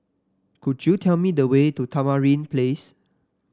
could you tell me the way to Tamarind Place